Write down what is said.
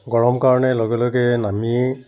গৰম কাৰণে লগে লগে নামি